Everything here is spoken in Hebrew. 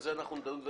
על זה אנחנו מדברים.